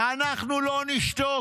"אנחנו לא נשתוק,